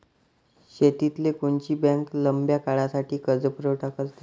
शेतीले कोनची बँक लंब्या काळासाठी कर्जपुरवठा करते?